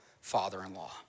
father-in-law